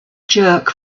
jerk